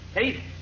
Hey